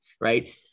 right